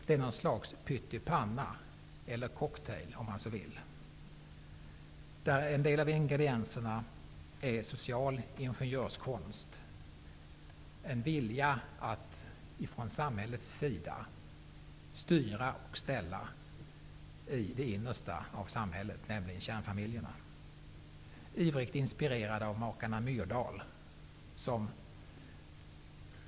Det är något slags pyttipanna, eller cocktail om man så vill, där en av ingredienserna är social ingenjörskonst, en vilja att från samhällets sida styra och ställa i det innersta av samhället, nämligen kärnfamiljerna, ivrigt inspirerad av makarna Myrdal.